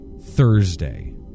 Thursday